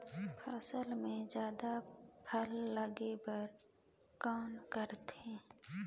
फसल मे जल्दी फूल लगे बर कौन करथे?